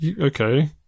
Okay